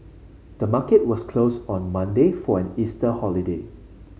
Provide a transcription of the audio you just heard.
the market was closed on Monday for an Easter holiday